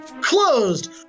closed